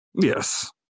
Yes